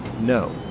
no